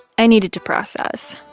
i needed to process.